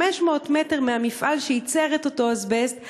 500 מטר מהמפעל שייצר את אותו אזבסט,